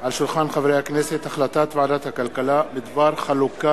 על שולחן הכנסת החלטת ועדת הכלכלה בדבר חלוקת